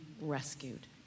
rescued